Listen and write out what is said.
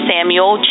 Samuel